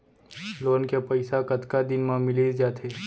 Loan के पइसा कतका दिन मा मिलिस जाथे?